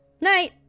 Night